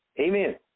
Amen